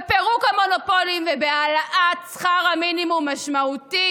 בפירוק המונופולים ובהעלאה משמעותית